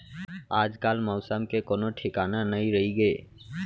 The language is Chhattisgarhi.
आजकाल मौसम के कोनों ठिकाना नइ रइगे